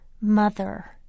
Mother